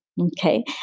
Okay